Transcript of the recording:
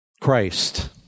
Christ